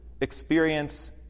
experience